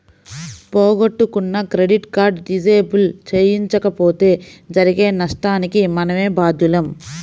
పోగొట్టుకున్న credit card disable చేయించకపోతే జరిగే నష్టానికి మనమే బాధ్యులం